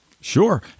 sure